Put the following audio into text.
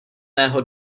mého